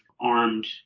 armed